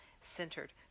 centered